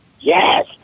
Yes